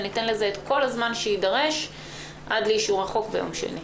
וניתן לזה את כל הזמן שיידרש עד לאישור החוק ביום שני.